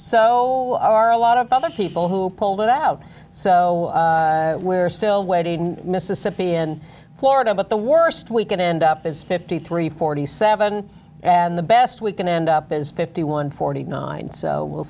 so are a lot of other people who pulled it out so we're still waiting mississippi in florida but the worst we can end up is fifty three forty seven and the best we can end up is fifty one forty nine so we'll